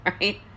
right